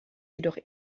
jedoch